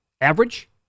Average